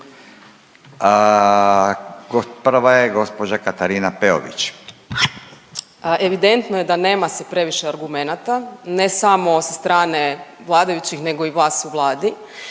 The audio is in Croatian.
**Peović, Katarina (RF)** Evidentno je da nema se previše argumenata, ne samo od strane vladajućih nego i vas u Vladi.